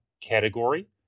category